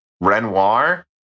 Renoir